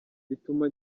bituma